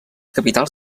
capitals